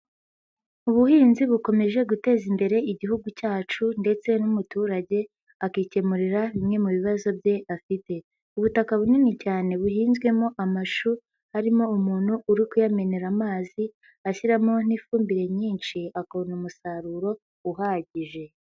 Ubuhinzi bukomeje guteza imbere igihugu cyacu ndetse n'umuturage akikemurira bimwe mu bibazo bye afite, ubutaka bunini cyane buhinzwemo amashu harimo umuntu uri kuyamenera amazi ashyiramo n'ifumbire nyinshi akabona umusaruro uhagije.